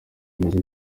ibiryo